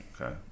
Okay